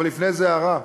אבל לפני זה, הערה.